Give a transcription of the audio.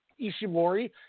Ishimori